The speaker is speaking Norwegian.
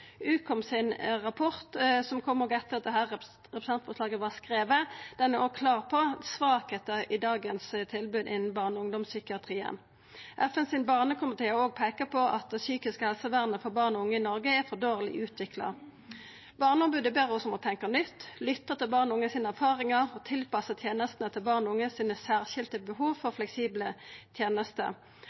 rapport, som kom etter at dette representantforslaget var skrive, er òg klar på svakheiter i tilbodet innan barne- og ungdomspsykiatrien i dag. FNs barnekomité peiker òg på at det psykiske helsevernet for barn og unge i Noreg er for dårleg utvikla. Barneombodet ber oss om å tenkja nytt, lytta til erfaringane barn og unge har, og tilpassa tenestene til dei særskilte behova barn og unge har for fleksible tenester.